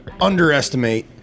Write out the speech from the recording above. underestimate